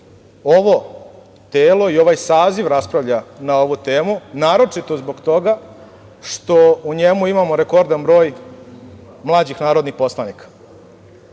ovo telo i ovaj saziv raspravlja na ovu temu, naročito zbog toga što u njemu imamo rekordan broj mlađih narodnih poslanika. Srpski